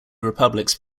republics